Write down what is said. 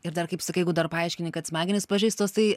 ir dar kaip sakai jeigu dar paaiškini kad smegenys pažeistos tai